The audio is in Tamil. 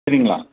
சரிங்களா